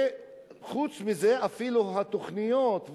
וחוץ מזה אפילו התוכניות,